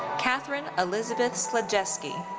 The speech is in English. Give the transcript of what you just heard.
katherine elizabeth sledjeski.